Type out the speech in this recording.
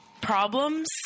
problems